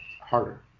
harder